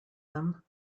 them